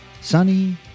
sunny